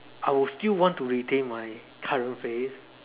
I'll still want to retain my current face